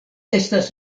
estas